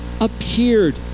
appeared